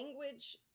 language